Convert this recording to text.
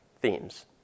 themes